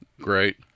great